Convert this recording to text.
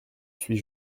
suis